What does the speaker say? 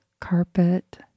carpet